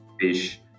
fish